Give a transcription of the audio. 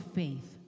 faith